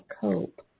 cope